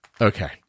Okay